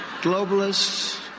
globalists